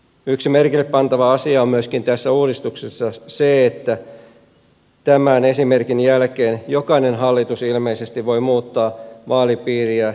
yksi merkillepantava asia on myöskin tässä uudistuksessa se että tämän esimerkin jälkeen jokainen hallitus ilmeisesti voi muuttaa vaalipiiriä mieleisekseen